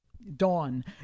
dawn